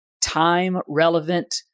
time-relevant